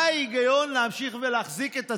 מה ההיגיון להמשיך להחזיק את הצימרים?